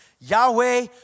Yahweh